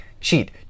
Cheat